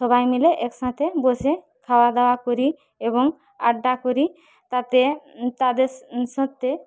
সবাই মিলে এক সাথে বসে খাওয়াদাওয়া করি এবং আড্ডা করি তাতে তাদের সাথে